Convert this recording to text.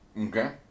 Okay